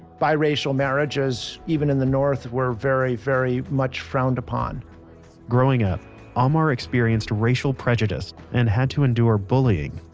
bi-racial marriages, even in the north, were very, very much frowned upon growing up amar experienced racial prejudice and had to endure bullying.